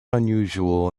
unusual